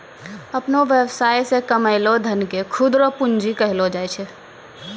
अपनो वेवसाय से कमैलो धन के खुद रो पूंजी कहलो जाय छै